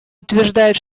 утверждают